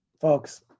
Folks